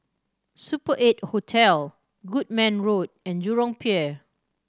Super Eight Hotel Goodman Road and Jurong Pier